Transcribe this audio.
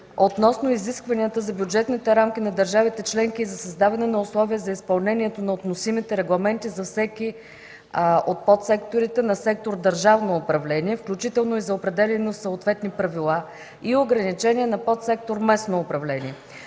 относно изискванията за бюджетните рамки на държавите членки за създаване на условия за изпълнението на относимите регламенти за всеки от подсекторите на сектор „Държавно управление”, включително и за определяне на съответни правила и ограничения на подсектор „Местно управление”.